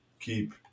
keep